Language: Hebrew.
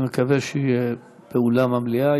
אני מקווה שיהיה באולם המליאה,